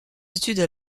études